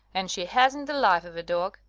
and she hasn't the life of a dog.